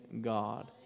God